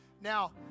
Now